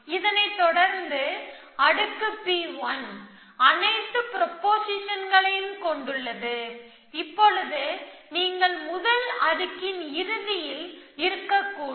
இதனைத் தொடர்ந்து அடுக்கு P1 அனைத்து ப்ரொபொசிஷன்களையும் கொண்டுள்ளது இப்பொழுது நீங்கள் முதல் அடுக்கின் இறுதியில் இருக்கக்கூடும்